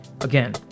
again